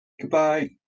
Goodbye